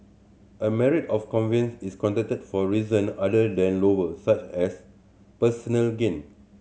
a marriage of convenience is contracted for reason other than love such as personal gain